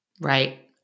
Right